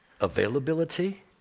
availability